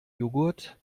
joghurt